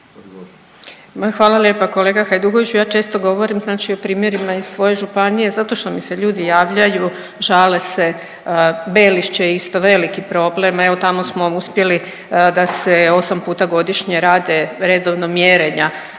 Hvala lijepa kolega Hajduković. Ja često govorim, znači o primjerima iz svoje županije zato što mi se ljudi javljaju, žale se. Belišće je isto veliki problem. Evo tamo smo uspjeli da se 8 puta godišnje rade redovno mjerenja.